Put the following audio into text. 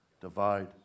Divide